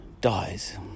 dies